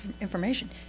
information